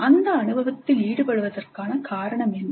அந்த அனுபவத்தில் ஈடுபடுவதற்கான காரணம் என்ன